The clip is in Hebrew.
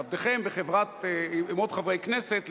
עבדכם עם עוד חברי כנסת,